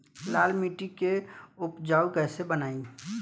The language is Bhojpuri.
लाल मिट्टी के उपजाऊ कैसे बनाई?